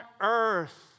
earth